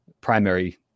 primary